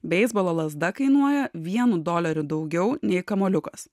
beisbolo lazda kainuoja vienu doleriu daugiau nei kamuoliukas